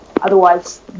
Otherwise